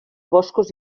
boscos